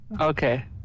Okay